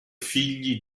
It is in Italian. figli